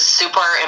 super